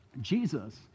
Jesus